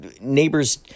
neighbors